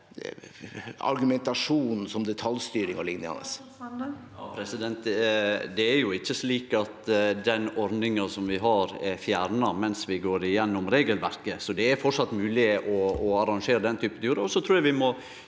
Det er ikkje slik at den ordninga vi har, er fjerna mens vi går gjennom regelverket. Det er framleis mogleg å arrangere den typen turar.